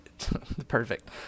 Perfect